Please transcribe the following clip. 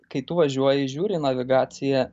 kai tu važiuoji žiūri į navigaciją